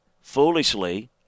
foolishly